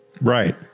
Right